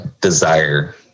desire